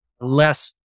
less